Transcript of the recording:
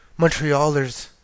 Montrealers